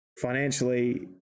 financially